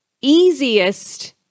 easiest